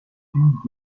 films